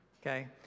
okay